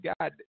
God